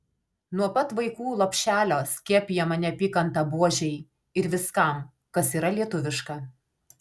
nuo pat vaikų lopšelio skiepijama neapykanta buožei ir viskam kas yra lietuviška